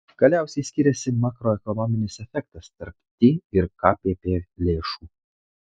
galiausiai skiriasi makroekonominis efektas tarp ti ir kpp lėšų